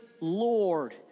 Lord